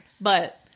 But-